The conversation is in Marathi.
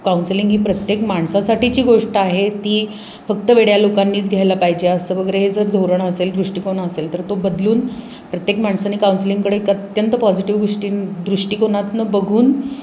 काउन्सिलिंग ही प्रत्येक माणसासाठीची गोष्ट आहे ती फक्त वेड्या लोकांनीच घ्यायला पाहिजे असं वगैरे हे जर धोरण असेल दृष्टिकोण असेल तर तो बदलून प्रत्येक माणसाने काउन्सिलिंगकडे एक अत्यंत पॉझिटिव्ह गोष्टी दृष्टिकोनातनं बघून